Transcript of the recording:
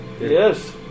Yes